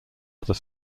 other